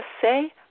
say